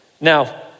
Now